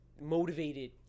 motivated